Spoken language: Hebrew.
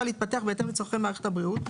להתפתח בהתאם לצורכי מערכת הבריאות,